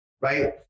Right